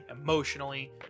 emotionally